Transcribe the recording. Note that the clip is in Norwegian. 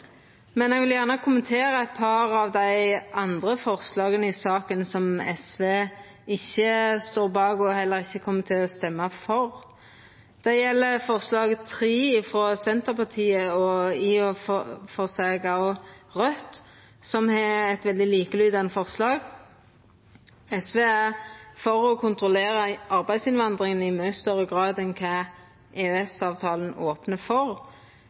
Men eg vil gjerne kommentera eit par av dei andre forslaga i saka som SV ikkje står bak og heller ikkje kjem til å stemma for. Det gjeld forslag nr. 3, frå Senterpartiet, og i og for seg også Raudt, som har eit veldig likelydande forslag. SV er for å kontrollera arbeidsinnvandringa i mykje større grad enn det EØS-avtalen opnar for.